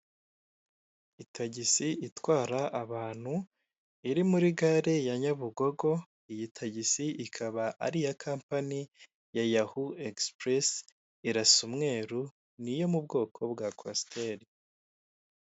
Itagiisi itwara abantu iri muri gare ya nyabugogo iyi tagisi ikaba ari iya kampani ya yahu ekisipuresi, irasa umweru, ni iyo mubwoko bwa kwasiteri.